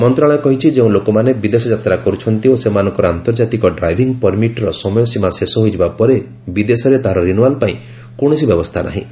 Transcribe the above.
ମନ୍ତ୍ରଣାଳୟ କହିଛି ଯେଉଁ ଲୋକମାନେ ବିଦେଶ ଯାତ୍ରା କରୁଛନ୍ତି ଓ ସେମାନଙ୍କର ଆନ୍ତର୍ଜାତିକ ଡ୍ରାଇଭିଂ ପରମିଟ୍ର ସମୟସୀମା ଶେଷ ହୋଇଯିବା ପରେ ବିଦେଶରେ ତାହାର ରିନୱାଲ ପାଇଁ କୌଣସି ବ୍ୟବସ୍ଥା ନାହିଁ